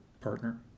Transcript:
partner